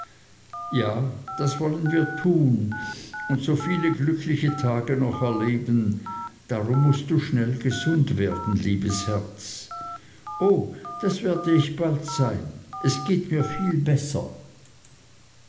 ja das wollen wir tun und soviel glückliche tage noch erleben darum mußt du schnell gesund werden liebes herz o das werde ich bald sein es geht mir viel besser